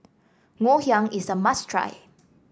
Ngoh Hiang is a must try